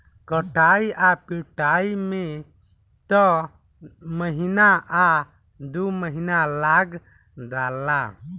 कटाई आ पिटाई में त महीना आ दु महीना लाग जाला